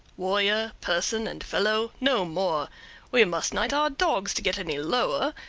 warrior, person, and fellow no more we must knight our dogs to get any lower.